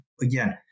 Again